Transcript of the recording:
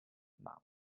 mouth